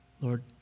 Lord